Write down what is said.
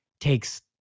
takes